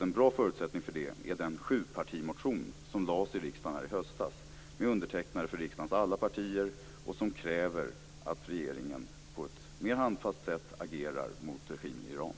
En bra förutsättning för det är den sjupartimotion som framlades i riksdagen i höstas, med undertecknare för riksdagens alla partier, som kräver att regeringen på ett mer handfast sätt agerar mot regimen i Iran.